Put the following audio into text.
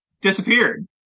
disappeared